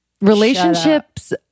relationships